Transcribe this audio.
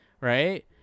right